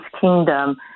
kingdom